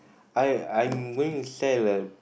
I I'm going to sell a